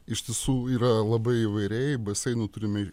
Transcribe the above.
iš tiesų yra labai įvairiai baseinų turime